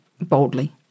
boldly